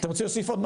בבקשה.